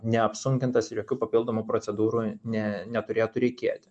neapsunkintas ir jokių papildomų procedūrų ne neturėtų reikėti